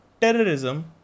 terrorism